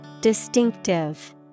Distinctive